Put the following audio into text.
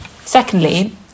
Secondly